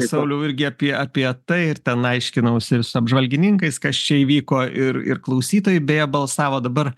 sauliau irgi apie apie tai ir ten aiškinausi su apžvalgininkais kas čia įvyko ir ir klausytojai beje balsavo dabar